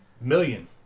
million